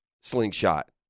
slingshot